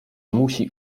musi